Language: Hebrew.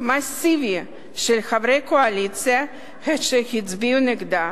מסיבי של חברי קואליציה שהצביעו נגדה.